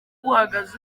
buhagaze